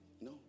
No